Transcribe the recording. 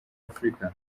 afurika